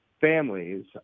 families